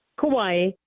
Kauai